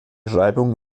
schreibung